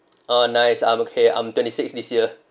uh nice I'm okay I'm twenty six this year